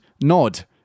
nod